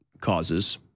causes